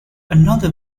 another